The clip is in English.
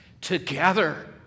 together